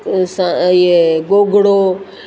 सां इहे गोगिड़ो